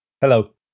Hello